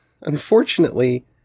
unfortunately